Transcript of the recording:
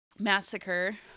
massacre